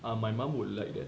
ah my mum would like that